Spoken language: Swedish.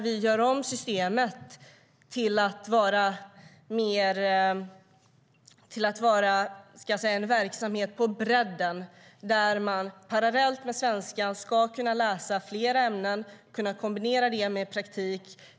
Vi gör om systemet till att vara en verksamhet på bredden, där man parallellt med svenskan ska kunna läsa fler ämnen och kombinera det med praktik.